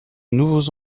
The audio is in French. nouveaux